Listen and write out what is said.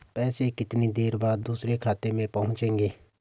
पैसे कितनी देर बाद दूसरे खाते में पहुंचेंगे?